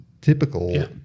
typical